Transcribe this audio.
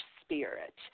spirit